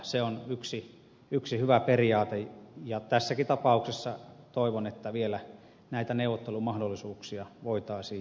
se on yksi hyvä periaate ja tässäkin tapauksessa toivon että vielä näitä neuvottelumahdollisuuksia voitaisiin jatkaa